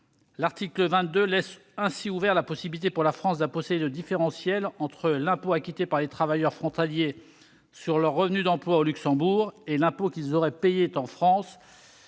L'article 22 laisse ainsi ouverte la possibilité pour la France d'imposer le différentiel entre l'impôt acquitté par les travailleurs frontaliers sur leurs revenus d'emploi au Luxembourg et l'impôt qu'ils auraient payé en France